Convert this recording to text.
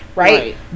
Right